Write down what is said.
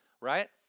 right